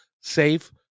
safe